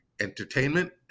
entertainment